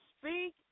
speak